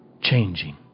changing